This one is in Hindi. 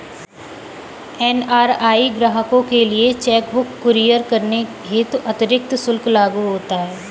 एन.आर.आई ग्राहकों के लिए चेक बुक कुरियर करने हेतु अतिरिक्त शुल्क लागू होता है